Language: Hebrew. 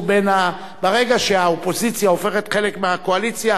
ברגע שהאופוזיציה הופכת חלק מהקואליציה,